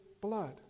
blood